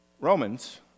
Romans